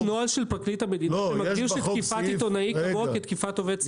יש נוהל של פרקליט המדינה שקובע שתקיפת עיתונאים כמו כתקיפת עובד ציבור.